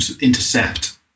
intercept